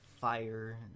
fire